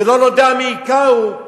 ולא נודע מי הכהו,